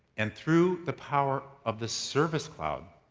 and through the power of the service cloud,